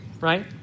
right